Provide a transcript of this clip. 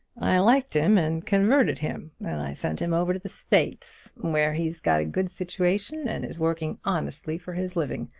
i liked him and converted him and i sent him over to the states, where he's got a good situation and is working honestly for his living.